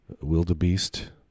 wildebeest